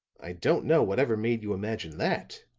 i don't know what ever made you imagine that,